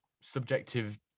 subjective